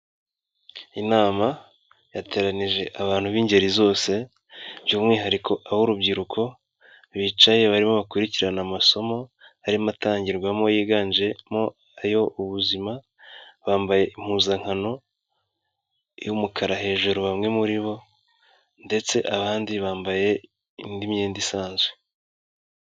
Inama yateranije abantu b'ingeri zose by'umwihariko abo urubyiruko, bicaye barimo bakurikirana amasomo, arimo atangirwamo yiganjemo ayo ubuzima, bambaye impuzankano y'umukara hejuru bamwe muri bo ndetse abandi bambaye indi myenda isanzwe.